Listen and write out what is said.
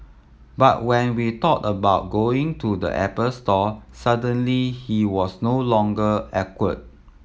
but when we thought about going to the Apple store suddenly he was no longer awkward